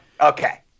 okay